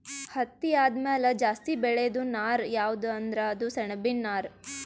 ಹತ್ತಿ ಆದಮ್ಯಾಲ ಜಾಸ್ತಿ ಬೆಳೇದು ನಾರ್ ಯಾವ್ದ್ ಅಂದ್ರ ಅದು ಸೆಣಬಿನ್ ನಾರ್